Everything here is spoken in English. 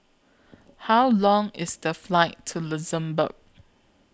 How Long IS The Flight to Luxembourg